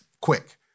quick